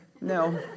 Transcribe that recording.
no